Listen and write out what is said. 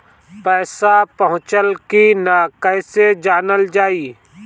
पैसा पहुचल की न कैसे जानल जाइ?